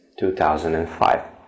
2005